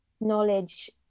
knowledge